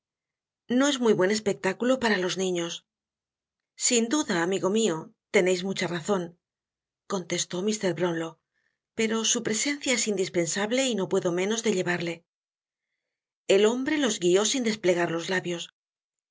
no es muy bu a espectáculo para los niños sin duda amigo mio teneis mucha razon contestó mr brownlow pero su presencia es indispensable y no puedo menos de llevarle el hombre los guió sin desplegar los lábios